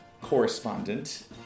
correspondent